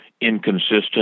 inconsistent